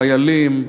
חיילים,